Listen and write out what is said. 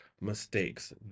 mistakes